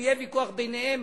אם יהיה ויכוח ביניהם,